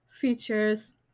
features